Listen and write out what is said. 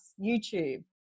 YouTube